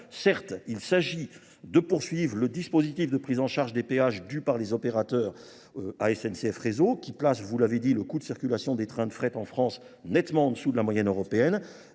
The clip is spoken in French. Certes, il s'agit de poursuivre le dispositif de prise en charge des péages dû par les opérateurs à SNCF réseau, qui place, vous l'avez dit, le coût de circulation des trains de fret en France nettement en dessous de la moyenne européenne.